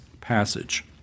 passage